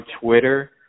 Twitter